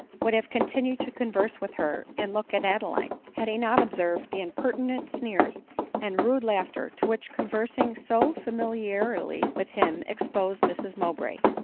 would have continued to converse with her and look at adeline, had he not observed the impertinent sneers and rude laughter to which conversing so familiarly with him exposed mrs mowbray.